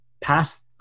past